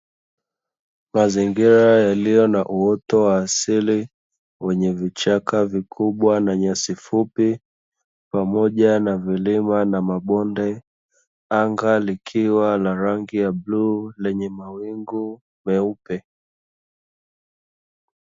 Mazingira yenye uwoto wa asili wenye vichaka pamoja na nyasi fupi, pamoja na milima na mabonde anga likiwa la rangi ya bluu enye mawingu meupe.